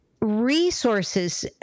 resources